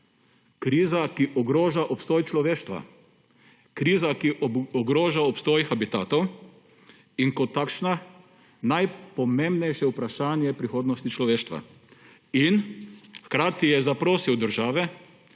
kriza, ki ogroža obstoj človeštva, kriza, ki ogroža obstoj habitatov in kot takšna najpomembnejše vprašanje prihodnosti človeštva. In hkrati je zaprosil države,